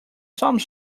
some